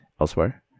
elsewhere